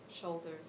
shoulders